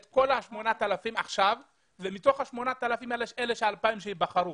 את כל ה-8,000 ומתוך ה-8,000 את ה-2,000 שייבחרו.